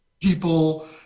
people